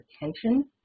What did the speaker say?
attention